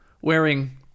wearing